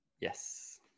Yes